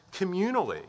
communally